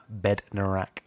Bednarak